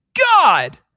God